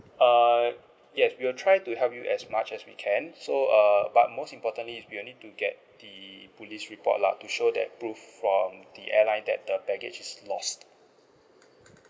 err yes we'll try to help you as much as we can so uh but most importantly we'll need to get the police report lah to show that prove from the airline that the baggage is lost